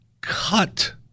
cut